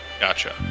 Gotcha